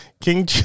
King